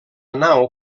nau